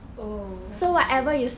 oh shit